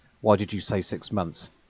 why-did-you-say-six-months